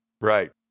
Right